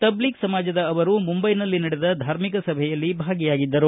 ತಬ್ಲಿಕ್ ಸಮಾಜದ ಅವರು ಮುಂಬೈನಲ್ಲಿ ನಡೆದ ಧಾರ್ಮಿಕ ಸಭೆಯಲ್ಲಿ ಭಾಗಿಯಾಗಿದ್ದರು